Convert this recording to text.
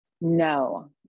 no